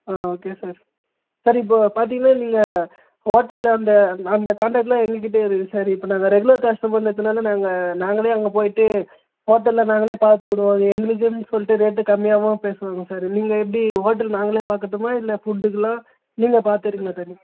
ஆ okay sir sir இப்போ பார்த்திங்கன்னா நீங்கள் ஹோட்டல் அந்த அந்த காண்டக்ட் எல்லாம் எங்கள்கிட்ட இருக்கு சார் இப்போ நாங்கள் ரெகுலர் கஸ்டமருன்னு ஏற்றுனாலே நாங்கள் நாங்களே அங்கே போய்விட்டு ஹோட்டலில் நாங்களே பார்த்து விடுவோம் எங்களுக்குன்னு சொல்லிட்டு ரேட்டு கம்மியாகவும் பேசுவாங்க சார் நீங்கள் எப்படி ஹோட்டல் நாங்களே பார்க்கட்டுமா இல்லை ஃபுட்டுக்கு எல்லாம் நீங்கள் பார்த்துறிங்களா சார் நீங்கள்